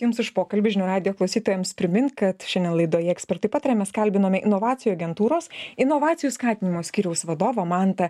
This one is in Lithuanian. jums už pokalbį žinių radijo klausytojams primint kad šiandien laidoje ekspertai pataria mes kalbinome inovacijų agentūros inovacijų skatinimo skyriaus vadovą mantą